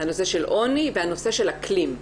הנושא של עוני והנושא של אקלים.